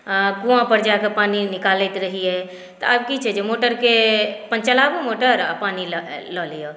आ कुआँ पर जाके पानि निकालैत रहियै आब की छै जे मोटरके अपन चलाबू मोटर आ पानि लऽ लिअ